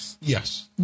Yes